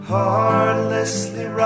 Heartlessly